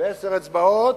בעשר אצבעות,